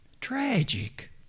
Tragic